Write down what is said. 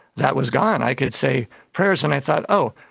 that was gone. i could say prayers and i thought, oh,